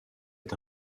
est